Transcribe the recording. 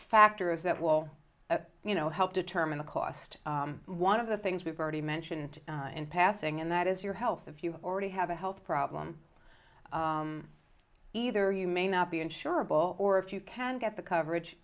factors that will you know help determine the cost one of the things you've already mentioned in passing and that is your health if you already have a health problem either you may not be insurable or if you can get the coverage